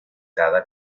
cada